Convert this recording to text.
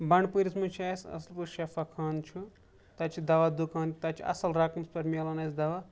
بنڈپورِس منٛز چھےٚ اَسہِ اَصٕل پٲٹھۍ شفا خانہٕ چھُ تَتہِ چھِ دوا دُکان تہِ تَتہِ چھُ اَصٕل رَقمَس پٮ۪ٹھ مِلان اَسہِ دوا